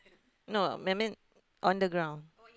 no I mean on the ground